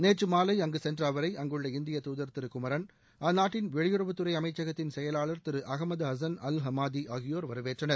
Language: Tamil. நேற்று மாலை அங்கு சென்ற அவரை அங்குள்ள இந்திய தூதர் திரு குமரன் அந்நாட்டின் வெளியுறவுத்துறை அமைச்சகத்தின் செயலாளர் Thiru Ahmed Hassan Al Hamadi ஆகியோர் வரவேற்றனர்